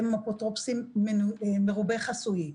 הם אפוטרופוסים מרובי חסויים.